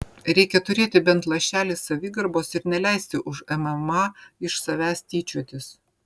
reikia turėti bent lašelį savigarbos ir neleisti už mma iš savęs tyčiotis